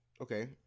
Okay